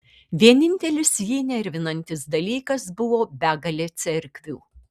vienintelis jį nervinantis dalykas buvo begalė cerkvių